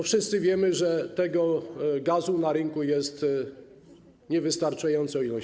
Wszyscy wiemy, że tego gazu na rynku jest niewystarczająca ilość.